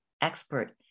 expert